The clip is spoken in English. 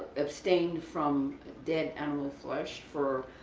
abstained from dead animals flesh for,